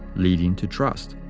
leading to trust.